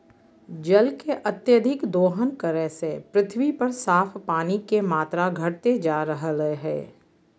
जल के अत्यधिक दोहन करे से पृथ्वी पर साफ पानी के मात्रा घटते जा रहलय हें